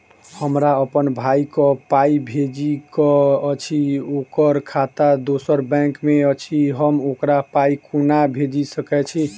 हमरा अप्पन भाई कऽ पाई भेजि कऽ अछि, ओकर खाता दोसर बैंक मे अछि, हम ओकरा पाई कोना भेजि सकय छी?